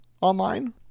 online